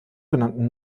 genannten